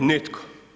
Nitko.